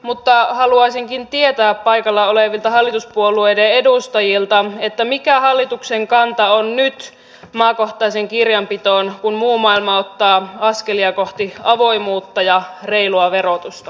mutta haluaisinkin tietää paikalla olevilta hallituspuolueiden edustajilta mikä hallituksen kanta on nyt maakohtaiseen kirjanpitoon kun muu maailma ottaa askelia kohti avoimuutta ja reilua verotusta